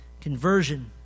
Conversion